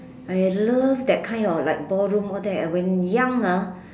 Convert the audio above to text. I love that kind of like ballroom all that when young ah